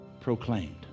proclaimed